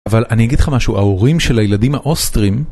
אבל אני אגיד לך משהו, ההורים של הילדים האוסטרים...